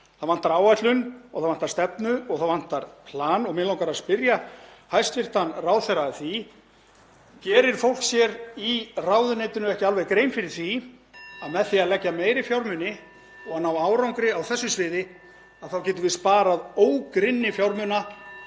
Það vantar áætlun og það vantar stefnu og það vantar plan. Mig langar að spyrja hæstv. ráðherra: Gerir fólk í ráðuneytinu sér ekki alveg grein fyrir því að með því að leggja meiri fjármuni og ná árangri á þessu sviði (Forseti hringir.) getum við sparað ógrynni fjármuna